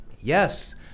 yes